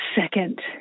second